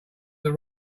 have